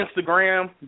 Instagram